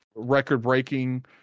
Record-breaking